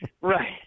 right